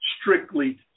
strictly